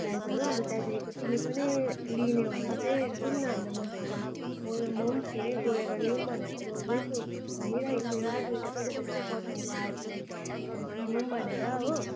प्राइसहरू अन्त त्यहाँदेखिको तिमी पनि लिने हो भने चाहिँ जाउँ न मसँग उयो म पनि फेरि गएर ल्याउँ भनेर सोच्दै छु भनिरहेको छु एउटा दुईवटा फेरि त्यस्तै कटनको आयो भने किनौँ भनेर हो